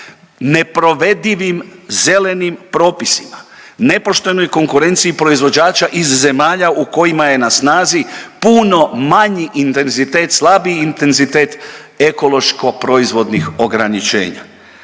neprovedivim zelenim propisima, nepoštenoj konkurenciji proizvođača iz zemalja u kojima je na snazi puno manji intenzitet, slabiji intenzitet ekološko-proizvodnih ograničenja.